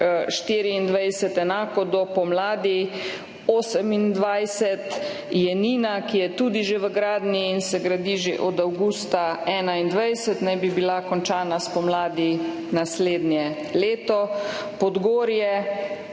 2024 enako do pomladi 2028, Jenina, ki je tudi že v gradnji in se gradi že od avgusta 2021, naj bi bila končana pomladi naslednje leto, Podgorje,